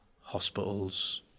hospitals